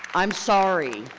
i'm sorry,